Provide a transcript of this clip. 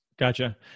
Gotcha